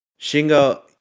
Shingo